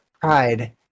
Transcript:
pride